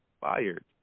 Fired